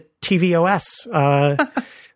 tvOS